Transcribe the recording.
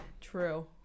True